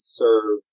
serve